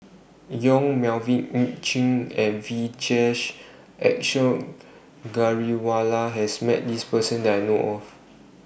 Yong Melvin Yik Chye and Vijesh Ashok Ghariwala has Met This Person that I know of